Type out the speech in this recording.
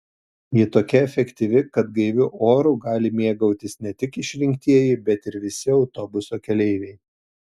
ji tokia efektyvi kad gaiviu oru gali mėgautis ne tik išrinktieji bet ir visi autobuso keleiviai